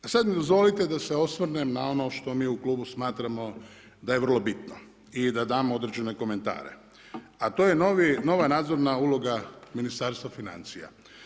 A sada mi dozvolite da se osvrnem na ono što mi u klubu smatramo da je vrlo bitno i da damo određene komentare, a to je nova nadzorna uloga Ministarstva financija.